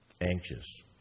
anxious